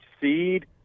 seed